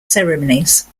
ceremonies